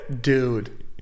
Dude